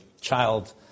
child